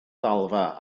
ddalfa